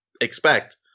expect